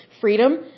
freedom